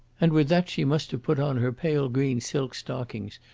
and with that she must put on her pale green silk stockings,